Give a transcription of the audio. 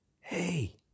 Hey